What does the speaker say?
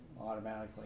automatically